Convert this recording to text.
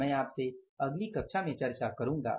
मैं आपसे अगली कक्षा में चर्चा करूंगा